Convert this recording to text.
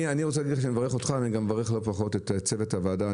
אני רוצה לברך אותך ואני גם מברך לא פחות את צוות הוועדה.